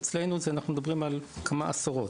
אצלנו אנחנו מדברים על כמה עשרות.